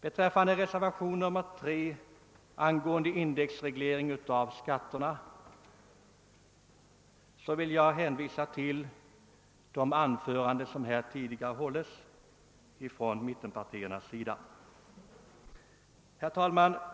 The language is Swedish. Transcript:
Beträffande reservationen 3 angående indexreglering av skatterna vill jag hänvisa till de anföranden som här tidigare har hållits av talare från mittenpartierna. Herr talman!